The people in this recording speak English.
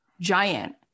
giant